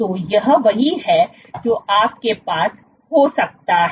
तो यह वही है जो आपके पास हो सकता है